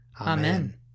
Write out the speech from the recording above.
Amen